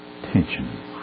tension